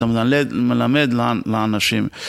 אתה מלמד לאנשים